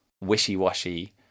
wishy-washy